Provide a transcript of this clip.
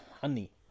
Honey